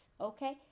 Okay